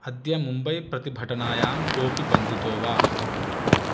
अद्य मुम्बै प्रतिभटनायां कोऽपि बन्धितो वा